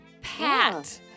Pat